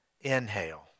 Inhale